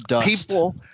people